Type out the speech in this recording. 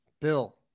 bill